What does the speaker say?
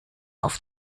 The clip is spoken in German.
auf